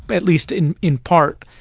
but at least in in part,